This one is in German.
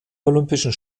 olympischen